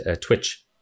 Twitch